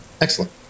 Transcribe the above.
excellent